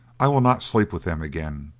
i will not sleep with them again,